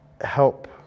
help